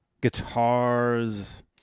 guitars